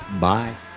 Bye